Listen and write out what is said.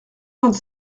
vingt